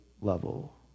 level